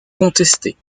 contester